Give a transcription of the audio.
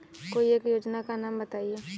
कोई एक योजना का नाम बताएँ?